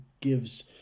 gives